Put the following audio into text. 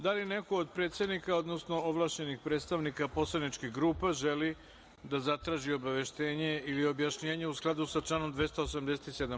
Da li neko od predsednika, odnosno ovlašćenih predstavnika poslaničkih grupa želi da zatraži obaveštenje ili objašnjenje u skladu sa članom 287.